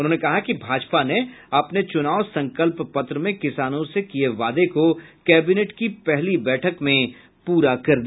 उन्होंने कहा कि भाजपा ने अपने चुनाव संकल्प पत्र में किसानों से किये वादे को कैबिनेट की पहली बैठक में पूरा कर दिया